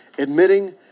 Admitting